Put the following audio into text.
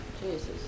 Jesus